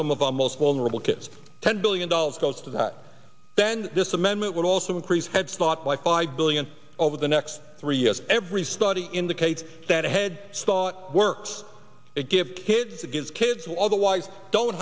some of our most vulnerable kids ten billion dollars goes to that then this amendment would also increase head spot by five billion over the next three years every study indicates that a head thought works it gives kids it gives kids will otherwise don't